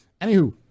Anywho